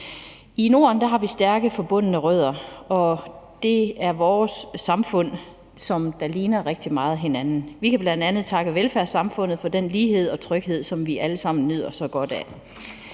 I Norden har vi stærkt forbundne rødder, og vores samfund ligner hinanden rigtig meget. Vi kan bl.a. takke velfærdssamfundet for den lighed og tryghed, som vi alle sammen nyder så godt af.